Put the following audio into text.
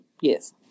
Yes